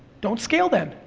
don't scale, then.